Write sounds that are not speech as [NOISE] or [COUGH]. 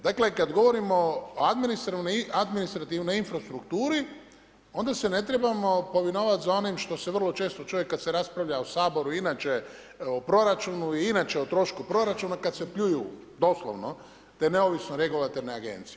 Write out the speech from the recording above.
Dakle, kad govorimo o administrativnoj infrastrukturi onda se ne trebamo … [UNINTELLIGIBLE] za onim što se vrlo često čuje kad se raspravlja u Saboru i inače o proračunu i inače o trošku proračuna, kad se pljuju doslovno te neovisne regulatorne agencije.